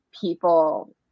people